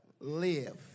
live